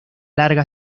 larga